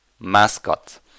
mascot